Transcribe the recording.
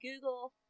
Google